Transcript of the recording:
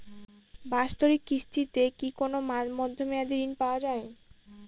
বাৎসরিক কিস্তিতে কি কোন মধ্যমেয়াদি ঋণ পাওয়া যায়?